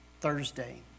Thursday